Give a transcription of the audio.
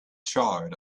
charred